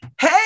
Hey